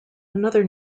another